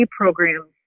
programs